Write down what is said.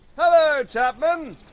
hello chapman.